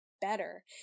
better